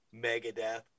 Megadeth